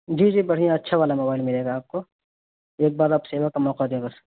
جی جی بڑھیا اچھا والا موبائل ملے گا آپ کو ایک بار آپ سیوا کا موقع دیں بس